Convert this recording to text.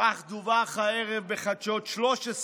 כך דווח הערב בחדשות 13